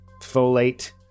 folate